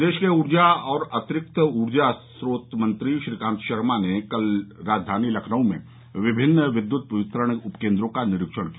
प्रदेश के ऊर्जा और अतिरिक्त ऊर्जा स्रोत मंत्री श्रीकांत शर्मा ने कल राजधानी लखनऊ में विमिन्न विद्युत वितरण उपकेन्द्रों का निरीक्षण किया